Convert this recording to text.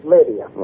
Lydia